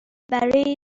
برای